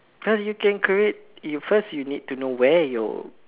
well you can create you first you need to know where you're